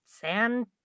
Sand